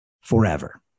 Forever